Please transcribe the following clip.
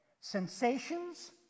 sensations